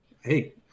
hey